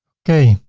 okay.